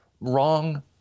wrong